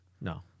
No